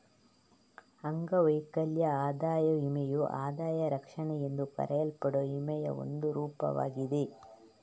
ಅಂಗವೈಕಲ್ಯ ಆದಾಯ ವಿಮೆಯು ಆದಾಯ ರಕ್ಷಣೆ ಎಂದು ಕರೆಯಲ್ಪಡುವ ವಿಮೆಯ ಒಂದು ರೂಪವಾಗಿದೆ